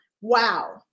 Wow